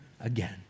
again